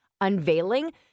unveiling